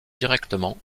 directement